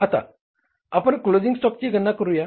आता आपण क्लोझिंग स्टॉकची गणना करूया